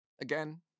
Again